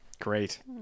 Great